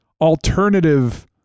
alternative